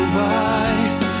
wise